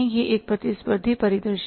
यह एक प्रतिस्पर्धी परिदृश्य है